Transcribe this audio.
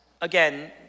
again